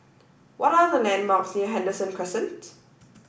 what are the landmarks near Henderson Crescent